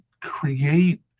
create